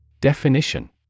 Definition